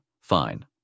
Fine